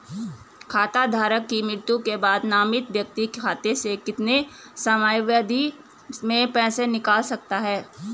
खाता धारक की मृत्यु के बाद नामित व्यक्ति खाते से कितने समयावधि में पैसे निकाल सकता है?